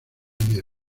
enero